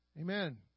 Amen